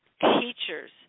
teachers